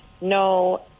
No